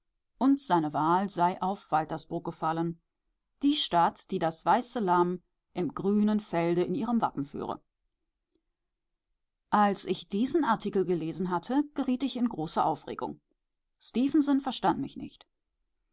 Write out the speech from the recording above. und seine wahl sei auf waltersburg gefallen die stadt die das weiße lamm im grünen felde in ihrem wappen führe als ich diesen artikel gelesen hatte geriet ich in große aufregung stefenson verstand mich nicht